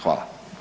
Hvala.